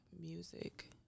music